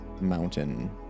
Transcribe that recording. mountain